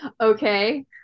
okay